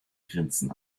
grinsen